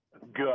Good